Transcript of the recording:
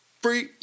Free